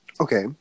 Okay